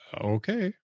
okay